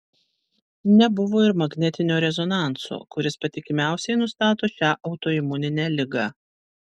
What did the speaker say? nebuvo ir magnetinio rezonanso kuris patikimiausiai nustato šią autoimuninę ligą